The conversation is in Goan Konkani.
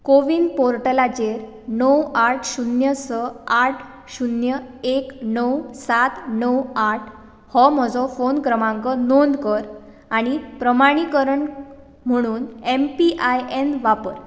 कोविन पोर्टलाचेर णव आठ शुन्य स आठ शुन्य एक णव सात णव आठ हो म्हजो फोन क्रमांक नोंद कर आनी प्रमाणीकरण म्हुणून एम पी आय एन वापर